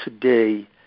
today